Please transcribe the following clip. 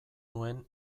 nuen